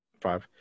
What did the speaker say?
Five